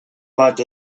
bat